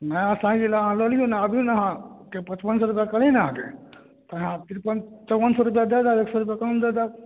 नया साइकिल लऽ लियौ ने अबियौ ने अहाँ के पचपन सए रुपैआ कहली ने अहाँके तऽ अहाँ तिरपन चौबन सए रुपैआ दए देब एक सए रुपैआ कम दए देब